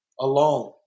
alone